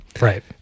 Right